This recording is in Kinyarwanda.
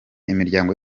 imiryango